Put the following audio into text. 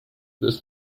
this